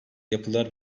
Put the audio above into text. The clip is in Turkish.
yapılar